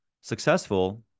successful